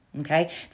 okay